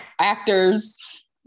actors